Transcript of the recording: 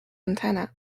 montana